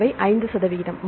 அவை 5 சதவிகிதம்